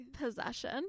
Possession